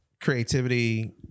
creativity